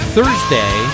Thursday